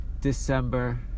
December